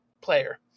player